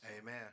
Amen